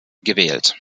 gewählt